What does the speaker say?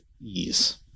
ease